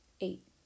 Eight